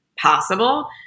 possible